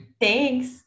Thanks